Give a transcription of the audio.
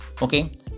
Okay